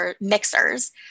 mixers